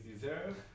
deserve